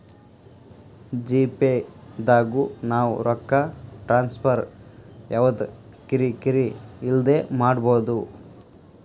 GPay ದಾಗು ನಾವ್ ರೊಕ್ಕ ಟ್ರಾನ್ಸ್ಫರ್ ಯವ್ದ ಕಿರಿ ಕಿರಿ ಇಲ್ದೆ ಮಾಡ್ಬೊದು